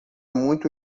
muito